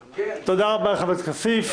תודה רבה חבר הכנסת כסיף.